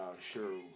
sure